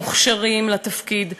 מוכשרים לתפקיד,